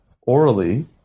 orally